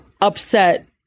upset